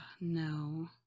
no